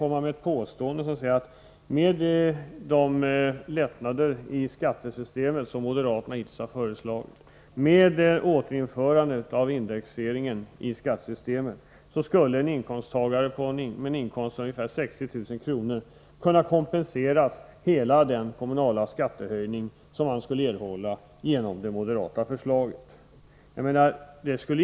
Med de lättnader i skattesystemet som moderaterna hittills har föreslagit och med ett återinförande av indexeringen i skattesystemet skulle en inkomsttagare med en inkomst på ungefär 60 000 kr. kunna få kompensation för hela den skattehöjning som han skulle erhålla genom det moderata förslaget.